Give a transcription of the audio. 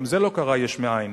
וגם זה לא קרה יש מאין,